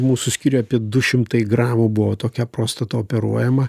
mūsų skyriuje apie du šimtai gramų buvo tokia prostata operuojama